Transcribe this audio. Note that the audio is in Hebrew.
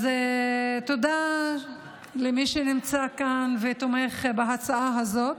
אז תודה למי שנמצא כאן ותומך בהצעה הזו.